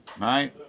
Right